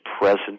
present